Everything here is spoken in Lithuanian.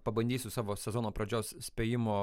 pabandysiu savo sezono pradžios spėjimo